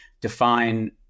define